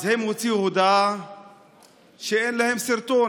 אז הם הוציאו הודעה שאין להם סרטון.